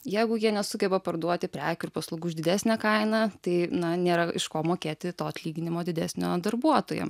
jeigu jie nesugeba parduoti prekių ir paslaugų už didesnę kainą tai na nėra iš ko mokėti to atlyginimo didesnio darbuotojam